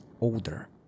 older